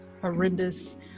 horrendous